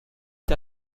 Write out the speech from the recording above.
est